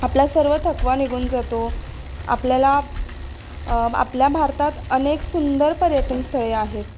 आपला सर्व थकवा निघून जातो आपल्याला आपल्या भारतात अनेक सुंदर पर्यटन स्थळे आहेत